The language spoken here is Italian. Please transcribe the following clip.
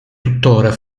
tuttora